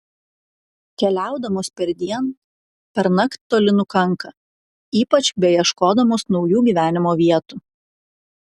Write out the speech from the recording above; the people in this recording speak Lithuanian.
keliaudamos perdien pernakt toli nukanka ypač beieškodamos naujų gyvenimo vietų